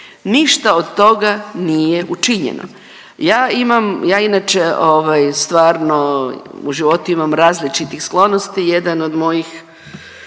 Ništa od toga nije učinjeno. Ja imam, ja inače ovaj stvarno u životu imam različitih sklonosti, jedan od mojih